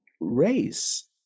race